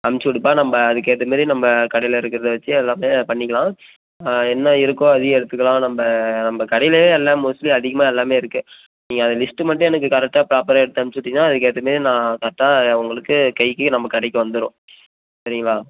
அனுப்பிச்சு விடுப்பா நம்ப அதுக்கேற்ற மாரி நம்ப கடையில் இருக்கிறத வைச்சு எல்லாமே பண்ணிக்கலாம் என்ன இருக்கோ அதையும் எடுத்துக்கலாம் நம்ப நம்ம கடையிலயே எல்லாம் மோஸ்ட்லி அதிகமாக எல்லாமே இருக்குது நீங்கள் அது லிஸ்ட்டு மட்டும் எனக்கு கரெக்டாக ப்ராப்பராக எடுத்து அனுப்பித்து விட்டீங்கன்னா அதுக்கு ஏற்ற மாரி நான் கரெக்டாக உங்களுக்கு கைக்கு நம்ம கடைக்கு வந்துடும் சரிங்களா